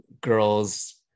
girls